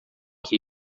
que